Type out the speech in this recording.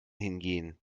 hingehen